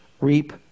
reap